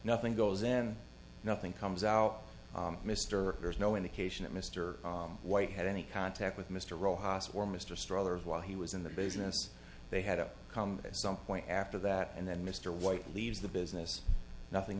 nothing goes in nothing comes out mr there is no indication that mr white had any contact with mr rojas or mr struthers while he was in the business they had to come at some point after that and then mr white leaves the business nothing